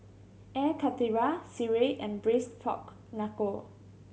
Air Karthira sireh and braise pork knuckle